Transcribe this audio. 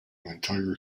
entire